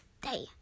day